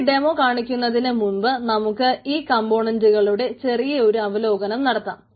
ഇതിൻറെ ഡെമോ കാണിക്കുന്നതിനു മുമ്പ് നമുക്ക് ഈ കംപോണന്റുകളുടെ ചെറിയ ഒരു അവലോകനം നടത്താം